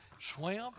swim